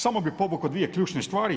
Samo bih povukao dvije ključne stvari.